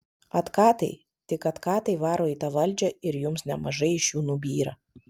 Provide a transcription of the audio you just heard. atkatai tik atkatai varo į tą valdžią ir jums nemažai iš jų nubyra